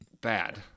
bad